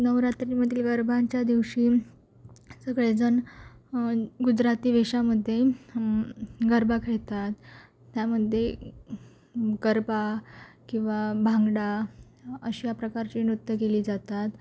नवरात्रीमधील गरब्याच्या दिवशी सगळेजण गुजराती वेषामध्ये गरबा खेळतात त्यामध्ये गरबा किंवा भांगडा अशा प्रकारची नृत्यं केली जातात